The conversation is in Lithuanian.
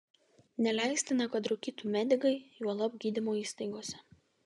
neleistina kad rūkytų medikai juolab gydymo įstaigose